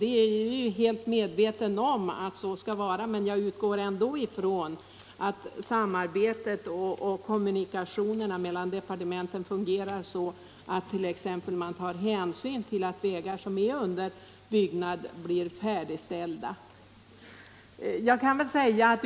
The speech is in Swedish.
Jag är helt medveten om att det skall vara så, men jag utgår ändå ifrån att samarbetet och kommunikationerna mellan departementen fungerar så, att man t.ex. tar hänsyn till att vägar som är under byggnad blir färdigställda.